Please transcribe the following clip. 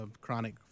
chronic